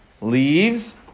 leaves